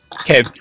Okay